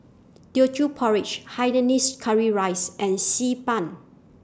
Teochew Porridge Hainanese Curry Rice and Xi Ban